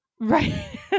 right